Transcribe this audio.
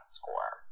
score